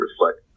reflect